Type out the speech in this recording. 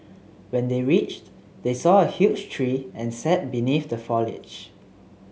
when they reached they saw a huge tree and sat beneath the foliage